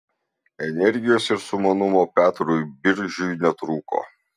energijos ir sumanumo petrui biržiui netrūko